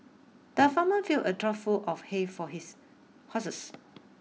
the farmer filled a trough full of hay for his horses